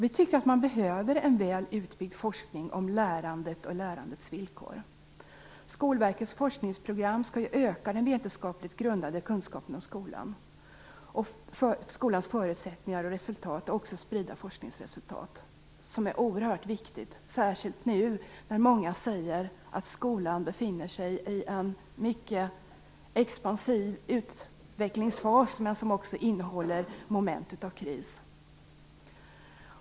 Vi tycker att man behöver en väl utbyggd forskning om lärandet och lärandets villkor. Skolverkets forskningsprogram skall ju öka den vetenskapligt grundade kunskapen om skolan och skolans resultat och också sprida forskningsresulat. Det är oerhört viktigt, särskilt nu när många säger att skolan befinner sig i en expansiv utvecklingsfas, men som också innehåller moment av kris.